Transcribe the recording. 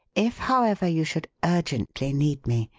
if, however, you should urgently need me,